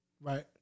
Right